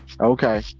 okay